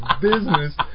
business